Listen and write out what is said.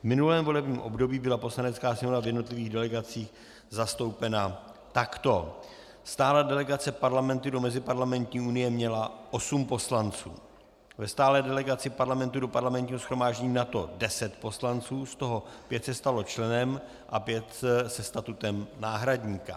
V minulém volebním období byla Poslanecká sněmovna v jednotlivých delegacích zastoupena takto: stálá delegace parlamentu do Meziparlamentní unie měla osm poslanců, ve stálé delegaci Parlamentu do Parlamentního shromáždění NATO deset poslanců, z toho pět se stalo členem a pět se statutem náhradníka.